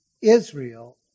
Israel